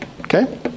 Okay